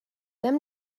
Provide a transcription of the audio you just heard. them